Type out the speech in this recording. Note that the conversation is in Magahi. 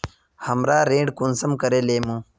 हमरा ऋण कुंसम करे लेमु?